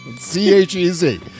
c-h-e-z